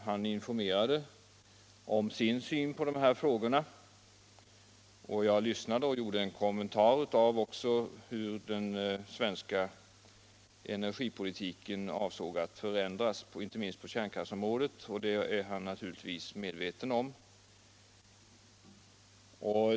Han informerade om sin syn på dessa frågor. Jag lyssnade och gjorde också en kommentar till hur den svenska energipolitiken skulle komma att förändras inte minst på kärnkraftsområdet, och det är herr Davignon naturligtvis medveten om.